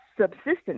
subsistence